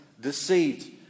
deceived